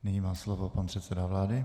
Nyní má slovo pan předseda vlády.